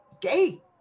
gay